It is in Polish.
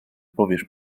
powiesz